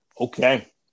okay